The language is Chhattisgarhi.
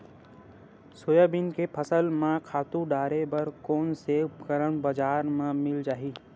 सोयाबीन के फसल म खातु डाले बर कोन से उपकरण बजार म मिल जाहि?